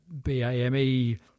BAME